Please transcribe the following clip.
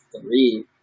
three